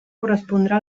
correspondrà